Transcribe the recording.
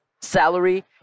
salary